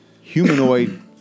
humanoid